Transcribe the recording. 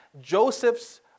Joseph's